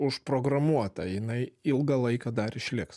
užprogramuota jinai ilgą laiką dar išliks